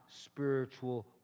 spiritual